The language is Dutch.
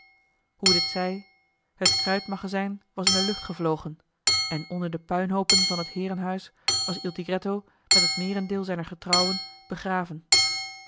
hoe dit zij het kruitmagazijn was in de lucht gevlogen en onder de puinhoopen van het heerenhuis was il tigretto met het meerendeel zijner getrouwen begraven